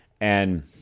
And-